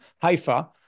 Haifa